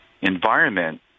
environment